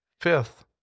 Fifth